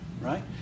right